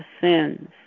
sins